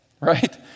right